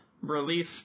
release